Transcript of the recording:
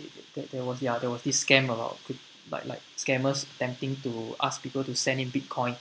th~ th~ there was ya there was this scam about like like scammers attempting to ask people to send him bitcoin